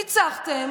ניצחתם?